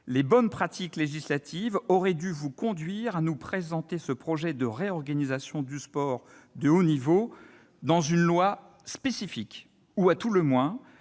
Les bonnes pratiques législatives auraient dû vous conduire à nous présenter ce projet de réorganisation du sport de haut niveau dans une loi spécifique ou, à tout le moins,